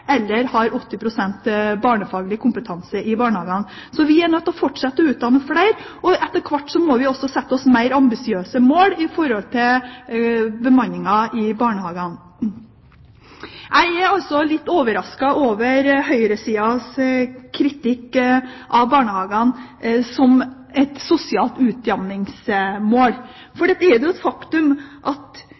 eller 80 pst. barnefaglig kompetanse i barnehagene. Så vi er nødt til å fortsette å utdanne flere. Etter hvert må vi også sette oss mer ambisiøse mål for bemanningen i barnehagene. Jeg er litt overrasket over høyresidens kritikk av barnehagene som et sosialt utjamningsmål. Fra regjeringspartienes side mener vi at sosial utjamning er viktig, for det